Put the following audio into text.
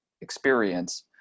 experience